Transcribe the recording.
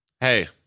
Hey